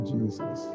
Jesus